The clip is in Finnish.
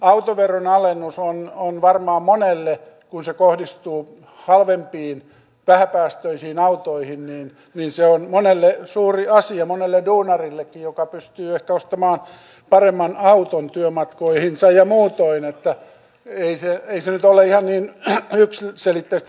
autoveron alennus on varmaan monelle kun se kohdistuu halvempiin vähäpäästöisiin autoihin suuri asia monelle duunarillekin joka pystyy ehkä ostamaan paremman auton työmatkoihinsa ja muutoin niin että ei se nyt ole ihan niin yksiselitteistä